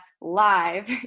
live